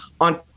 on